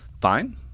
fine